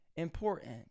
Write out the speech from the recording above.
important